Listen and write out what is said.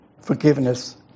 forgiveness